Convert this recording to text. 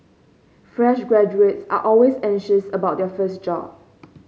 fresh graduates are always anxious about their first job